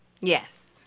Yes